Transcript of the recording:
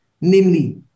namely